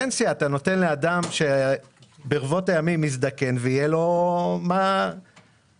פנסיה אתה נותן לאדם שברבות הימים מזדקן ויהיה לו מה לאכול.